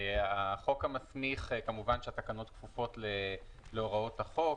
החוק המסמיך, כמובן שהתקנות כפופות להוראות החוק.